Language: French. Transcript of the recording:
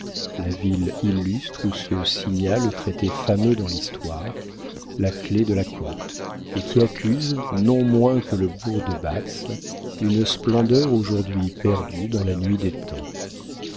la ville illustre où se signa le traité fameux dans l'histoire la clef de la côte et qui accuse non moins que le bourg de batz une splendeur aujourd'hui perdue dans la nuit des temps